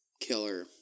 killer